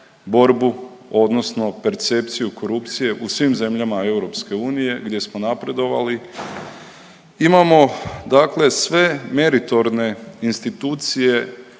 borbu odnosno percepciju korupcije u svim zemljama EU gdje smo napredovali. Imamo dakle sve meritorne institucije